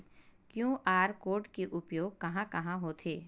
QR code के उपयोग कहां कहां होथे?